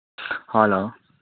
hello